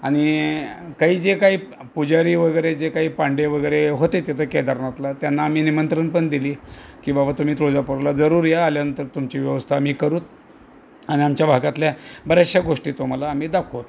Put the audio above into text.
आणि काही जे काही प पुजारी वगैरे जे काही पांडे वगैरे होते तिथं केदारनाथला त्यांना आम्ही निमंत्रणपण दिली की बाबा तुम्ही तुळजापूरला जरूर या आल्यानंतर तुमची व्यवस्था आम्ही करू आणि आमच्या भागातल्या बऱ्याचशा गोष्टी तुम्हाला आम्ही दाखवू